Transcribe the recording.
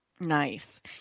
Nice